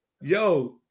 Yo